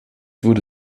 wurde